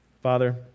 Father